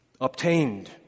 Obtained